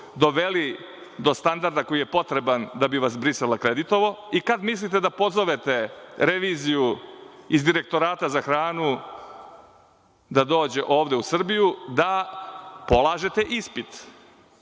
doveli do standarda koji je potreban da bi vas Brisel akreditovao i kad mislite da pozovete reviziju iz Direktorata za hranu da dođe ovde u Srbiju da polažete ispit?